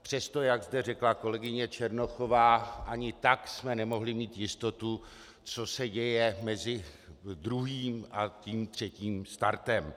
Přesto, jak zde řekla kolegyně Černochová, ani tak jsme nemohli mít jistotu, co se děje mezi druhým a třetím startem.